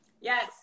Yes